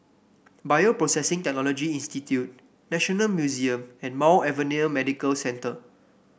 Bioprocessing Technology Institute National Museum and Mount Alvernia Medical Centre